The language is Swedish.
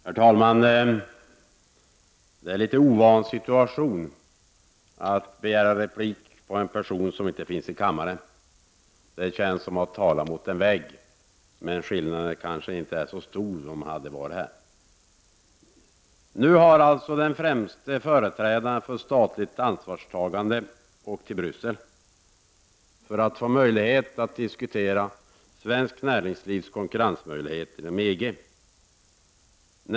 Herr talman! Det är en litet ovan situation att begära replik på ett anförande av en person som inte finns i kammaren. Det känns som att tala mot en vägg — men skillnaden kanske inte hade varit så stor om han varit här. Nu har alltså den främste företrädaren för statligt ansvarstagande åkt till Bryssel för att få möjlighet att diskutera svenskt näringslivs konkurrensmöjligheter inom EG.